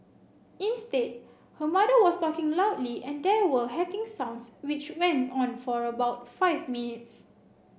instead her mother was talking loudly and there were hacking sounds which went on for about five minutes